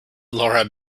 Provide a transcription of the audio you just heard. laura